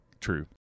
true